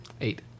Eight